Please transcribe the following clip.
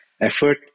effort